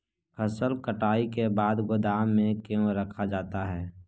फसल कटाई के बाद गोदाम में क्यों रखा जाता है?